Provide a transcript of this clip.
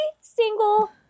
single